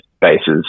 bases